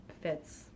fits